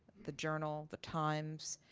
the journal, the times